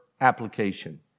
application